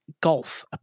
Golf